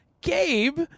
Gabe